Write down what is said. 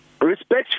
Respect